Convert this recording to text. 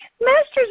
Masters